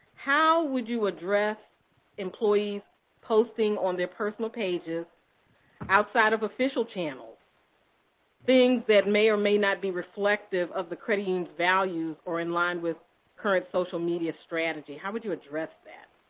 how would you address employees posting on their personal pages outside of official channels things that may or may not be reflective of the credit union's values or inline with current social media strategy? how would you address that?